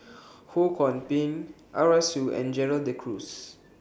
Ho Kwon Ping Arasu and Gerald De Cruz